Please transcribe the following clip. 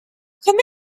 come